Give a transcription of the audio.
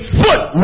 foot